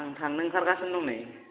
आं थांनो ओंखारगासिनो दं नै